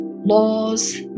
laws